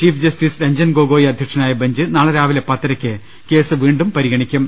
chief justice Ranjan Gogoi അധ്യക്ഷനായ bench നാളെ രാവിലെ പത്തരയ്ക്ക് കേസ് വീണ്ടും പരിഗണിക്കും